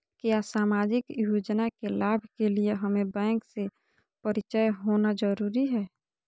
क्या सामाजिक योजना के लाभ के लिए हमें बैंक से परिचय होना जरूरी है?